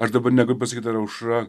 aš dabar negaliu pasakyt ar aušra